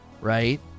right